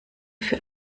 für